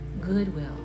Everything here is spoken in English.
goodwill